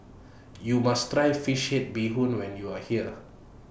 YOU must Try Fish Head Bee Hoon when YOU Are here